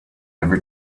ever